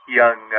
young